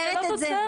זאת לא תוצרת.